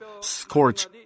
scorch